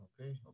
Okay